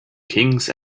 kings